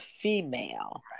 female